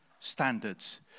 standards